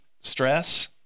stress